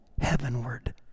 heavenward